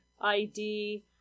ID